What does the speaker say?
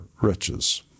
riches